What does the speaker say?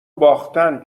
باختن